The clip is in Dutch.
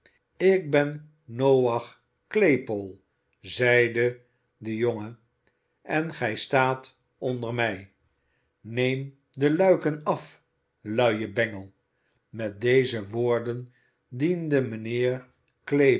ik ben noach claypole zeide de jongen en gij staat onder mij neem de luiken af luie bengel met deze woorden diende mijnheer